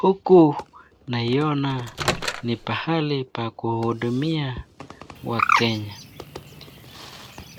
Huku naiona ni pahali pa kuhudumia wakenya.